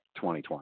2020